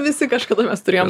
visi kažkada mes turėjom